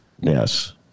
Yes